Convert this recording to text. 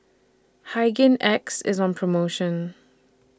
Hygin X IS on promotion